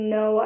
no